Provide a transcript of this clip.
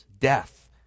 death